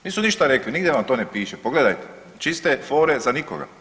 Nisu ništa rekli, nigdje vam to ne piše, pogledajte, čiste fore za nikoga.